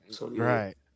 Right